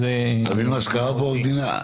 אתם מבינים מה שקרה פה במדינה?